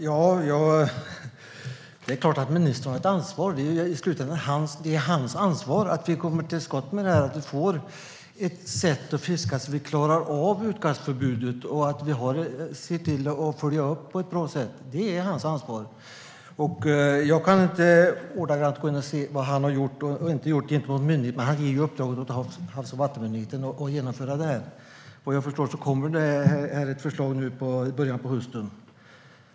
Herr talman! Det är klart att ministern har ett ansvar. Det är i slutänden hans ansvar att vi kommer till skott med det här och får ett sätt att fiska så att vi klarar av utkastförbudet och ser till att följa upp på ett bra sätt. Jag kan inte ordagrant gå in och se vad han har gjort och inte gjort gentemot myndigheterna. Han ger ju uppdraget åt Havs och vattenmyndigheten att genomföra det här, och vad jag förstår kommer det ett förslag i början på hösten.